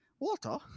water